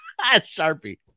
Sharpie